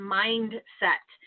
mindset